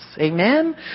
Amen